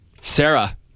Sarah